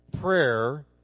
prayer